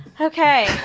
Okay